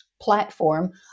platform